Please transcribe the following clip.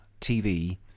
tv